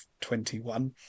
21